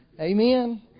Amen